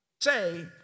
say